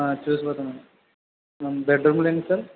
చూసి పోతా బెడ్రూమ్లు ఎన్ని సార్